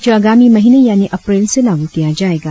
जों आगामी महिने यानी अप्रैल से लागू किया जाएगा